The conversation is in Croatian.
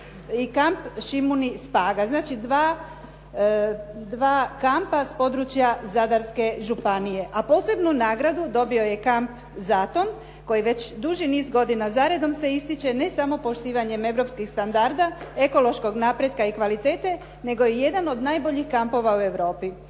i Kamp Šimun iz Paga. Znači dva kampa s područja Zadarske županije. A posebnu nagradu dobio je kamp Zaton koji već duži niz godina za redom se ističe ne samo poštivanjem europskih standarda ekološkog napretka i kvalitete, nego je jedan od najboljih kampova u Europi